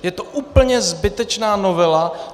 Je to úplně zbytečná novela.